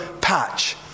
patch